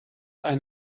ein